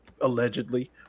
allegedly